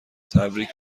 تبریک